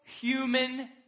human